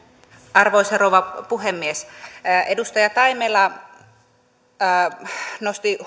arvoisa rouva puhemies edustaja taimela nosti